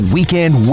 Weekend